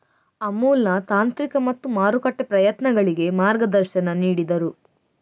ಅಮುಲ್ನ ತಾಂತ್ರಿಕ ಮತ್ತು ಮಾರುಕಟ್ಟೆ ಪ್ರಯತ್ನಗಳಿಗೆ ಮಾರ್ಗದರ್ಶನ ನೀಡಿದರು